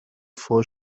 four